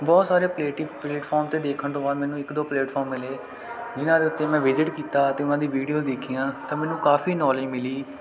ਬਹੁਤ ਸਾਰੇ ਪਲੇਟੀ ਪਲੇਟਫਾਰਮ 'ਤੇ ਦੇਖਣ ਤੋਂ ਬਾਅਦ ਮੈਨੂੰ ਇੱਕ ਦੋ ਪਲੇਟਫਾਰਮ ਮਿਲੇ ਜਿਨ੍ਹਾਂ ਦੇ ਉੱਤੇ ਮੈਂ ਵਿਜਿਟ ਕੀਤਾ ਅਤੇ ਉਹਨਾਂ ਦੀ ਵੀਡੀਓ ਦੇਖੀਆਂ ਤਾਂ ਮੈਨੂੰ ਕਾਫੀ ਨੌਲੇਜ ਮਿਲੀ